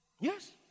Yes